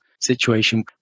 situation